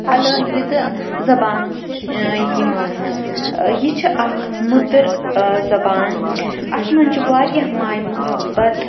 علاحدٕ زَبان چھِ یِیہِ ماننہٕ یہِ چھِ اَکھ مۅدٕر زَبان اَتھ منٛز چھِ واریاہ ماے محبت